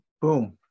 boom